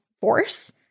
force